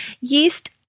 Yeast